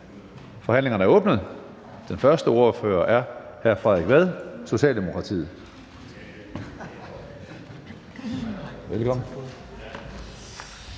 Forhandlingen er åbnet. Den første ordfører er hr. Frederik Vad fra Socialdemokratiet.